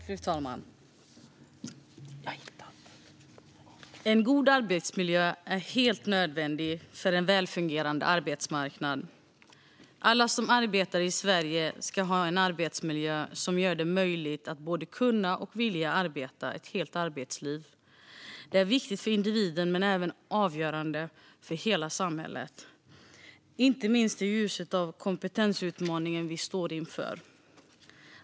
Fru talman! En god arbetsmiljö är helt nödvändigt för en välfungerande arbetsmarknad. Alla som arbetar i Sverige ska ha en arbetsmiljö som ger förutsättningar att både kunna och vilja arbeta ett helt arbetsliv. Det är viktigt för individen men även avgörande för hela samhället, inte minst i ljuset av den kompetensutmaning vi står inför.